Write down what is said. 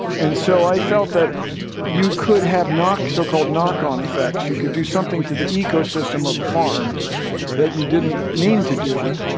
and so, i felt that you could have knock so-called knock-on effects. you could do something to the ecosystem of a farm that you didn't mean to do.